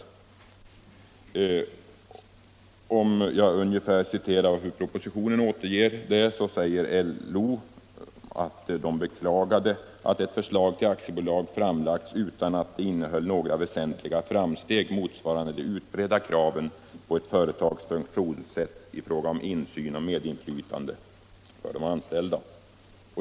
LO beklagade exempelvis att ett förslag till aktiebolagslag framlagts utan att det innehöll några väsentliga framsteg motsvarande de utbredda kraven på ett företags funktionssätt i fråga om insyn och medinflytande för de anställda.